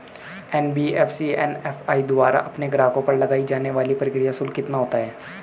NBFC MFI द्वारा अपने ग्राहकों पर लगाए जाने वाला प्रक्रिया शुल्क कितना होता है?